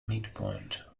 midpoint